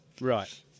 Right